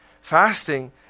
Fasting